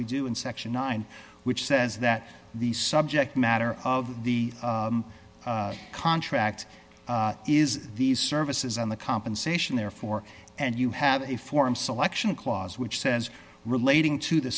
we do in section nine which says that the subject matter of the contract is these services on the compensation therefore and you have a form selection clause which says relating to the